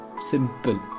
Simple